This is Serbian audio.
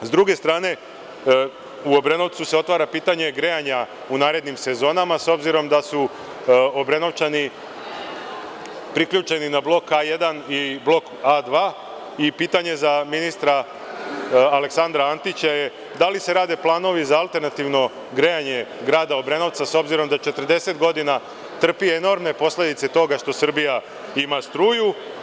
S druge strane, u Obrenovcu se otvara pitanje grejanja u narednim sezonama s obzirom da su Obrenovčani priključeni na blok A1 i blok A2 i pitanje za ministra Aleksandra Antića jeste – da li se rade planovi za alternativno grejanje grada Obrenovca s obzirom da 40 godina trpi enormne posledice toga što Srbija ima struju?